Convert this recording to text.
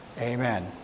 Amen